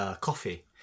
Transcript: coffee